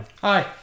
Hi